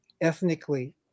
ethnically